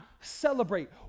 celebrate